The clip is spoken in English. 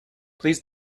please